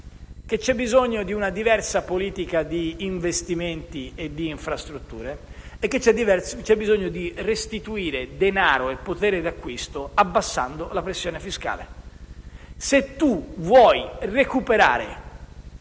necessità di una diversa politica di investimenti e di infrastrutture e di restituire denaro e potere d'acquisto abbassando la pressione fiscale. Se si vuole recuperare